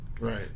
right